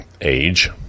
age